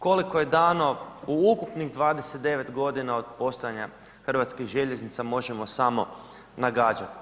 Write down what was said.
Koliko je dano u ukupnih 29 godina od postojanja hrvatskih željeznica možemo samo nagađati.